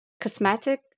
cosmetic